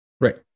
Right